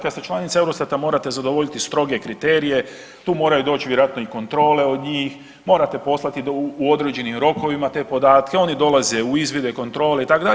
Kada ste članica EUROSTATA morate zadovoljiti stroge kriterije, tu moraju doći i vjerojatno kontrole od njih, morate poslati u određenim rokovima te podatke, oni dolaze u izvide i kontrole itd.